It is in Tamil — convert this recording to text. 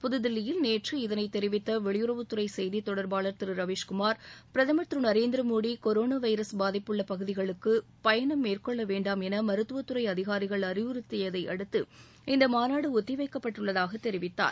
புதுதில்லியில் நேற்று இதனை தெரிவித்த வெளியுறவுத்துறை செய்தித் தொடர்பாளர் திரு ரவிஸ்குமார் பிரதமர் திரு நரேந்திர மோடி கொரோனா வைரஸ் பாதிப்பு உள்ள பகுதிகளுக்கு பயணம் மேற்கொள்ள வேண்டாம் என மருத்தவ துறை அதிகாரிகள் அறிவுறுத்தியதை அடுத்து இந்த மாநாடு ஒத்திவைக்கப்பட்டுள்ளதாக தெரிவித்தார்